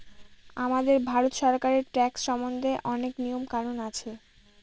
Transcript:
আমাদের ভারত সরকারের ট্যাক্স সম্বন্ধে অনেক নিয়ম কানুন আছে